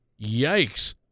Yikes